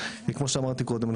וכמו שאמרתי קודם,